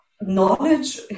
knowledge